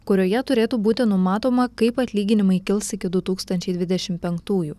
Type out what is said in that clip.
kurioje turėtų būti numatoma kaip atlyginimai kils iki du tūkstančiai dvidešim penktųjų